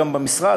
גם במשרד,